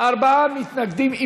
ארבעה מתנגדים.